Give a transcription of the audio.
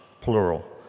plural